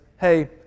Hey